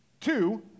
Two